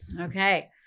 Okay